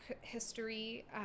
history